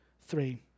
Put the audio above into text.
three